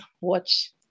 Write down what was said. watch